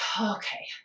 okay